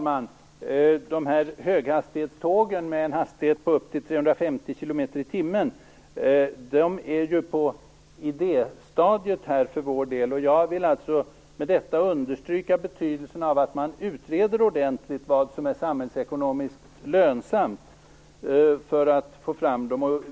Fru talman! Höghastighetstågen med en hastighet på upp till 350 km/tim är ju på idéstadiet för vår del. Jag vill med detta understryka betydelsen av att man utreder ordentligt vad som är samhällsekonomiskt lönsamt för att få fram dem.